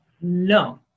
No